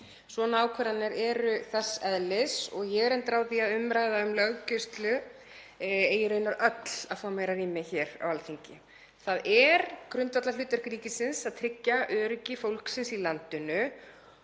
Svona ákvarðanir eru þess eðlis og ég er reyndar á því að umræða um löggæslu eigi raunar öll að fá meira rými hér á Alþingi. Það er grundvallarhlutverk ríkisins að tryggja öryggi fólksins í landinu